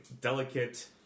delicate